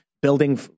building